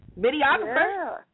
Videographer